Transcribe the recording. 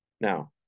Now